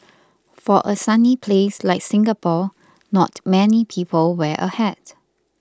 for a sunny place like Singapore not many people wear a hat